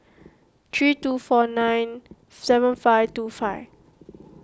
three two four nine seven five two five